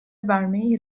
vermeyi